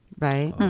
right.